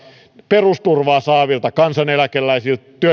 perusturvaa saavilta kansaneläkeläisiltä